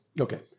Okay